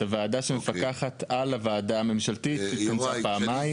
הוועדה שמפקחת על הוועדה הממשלתית התכנסה פעמיים --- יוראי,